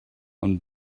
and